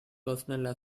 personnel